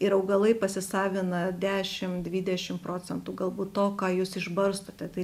ir augalai pasisavina dešim dvidešim procentų galbūt to ką jūs išbarstote tai